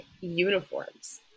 uniforms